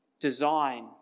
design